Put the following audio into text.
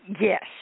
Yes